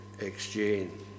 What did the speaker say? exchange